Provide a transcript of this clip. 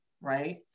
right